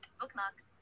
Bookmarks